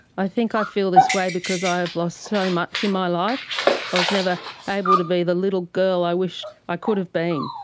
i think i feel this way because i have lost so much in my life. i was never able to be the little girl i wished i could have been.